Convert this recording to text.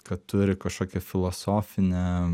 kad turi kažkokią filosofinę